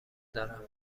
دارم